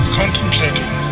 contemplating